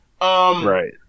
Right